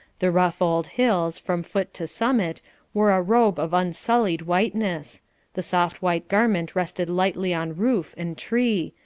the rough old hills, from foot to summit, wore a robe of unsullied whiteness the soft white garment rested lightly on roof and tree,